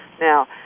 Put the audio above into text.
Now